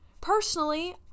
Personally